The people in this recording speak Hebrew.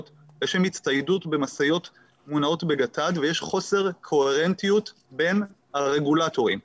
לשם הצטיידות במשאיות מונעות בגט"ד ויש חוסר קוהרנטיות בין הרגולטורים.